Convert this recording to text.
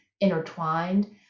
intertwined